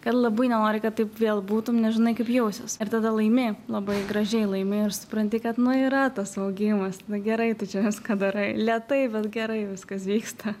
kad labai nenori kad taip vėl būtų nes žinai kaip jausies ir tada laimi labai gražiai laimi ir supranti kad nu yra tas augimas nu gerai tu čia viską darai lėtai bet gerai viskas vyksta